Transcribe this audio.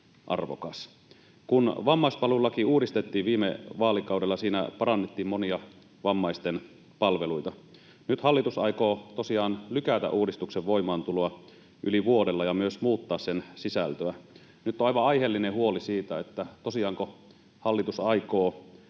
arvokas. Kun vammaispalvelulaki uudistettiin viime vaalikaudella, siinä parannettiin monia vammaisten palveluita. Nyt hallitus aikoo tosiaan lykätä uudistuksen voimaantuloa yli vuodella ja myös muuttaa sen sisältöä. Nyt on aivan aiheellinen huoli siitä, että tosiaanko hallitus aikoo